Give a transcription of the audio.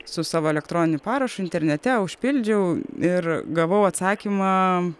su savo elektroniniu parašu internete užpildžiau ir gavau atsakymą